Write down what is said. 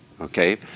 Okay